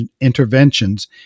interventions